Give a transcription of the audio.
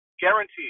Guaranteed